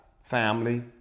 family